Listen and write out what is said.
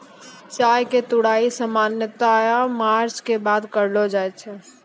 चाय के तुड़ाई सामान्यतया मार्च के बाद करलो जाय छै